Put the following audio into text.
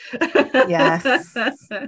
Yes